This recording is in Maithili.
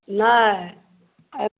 नहि आओर